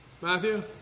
matthew